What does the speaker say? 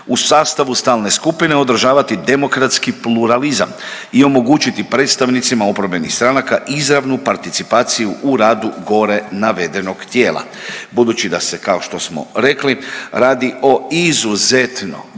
u sastavu stalne skupine održavati demokratski pluralizam i omogućiti predstavnicima oporbenih stranaka izravnu participaciju u radu gore navedenog tijela. Budući da se kao što smo rekli radi o izuzetno